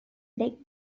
leg